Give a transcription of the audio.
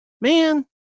man